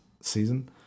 season